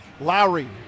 Lowry